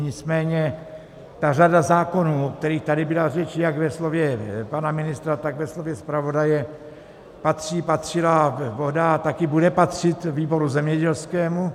Nicméně řada zákonů, o kterých tady byla řeč jak ve slově pana ministra, tak ve slově zpravodaje, patří, patřila a bohdá taky bude patřit výboru zemědělskému.